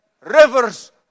rivers